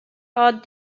art